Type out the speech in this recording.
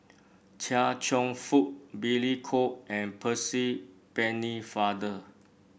Chia Cheong Fook Billy Koh and Percy Pennefather